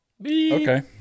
Okay